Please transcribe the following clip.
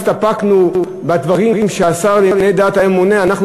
הסתפקנו בדברים שהשר לשירותי דת היה ממונה עליהם,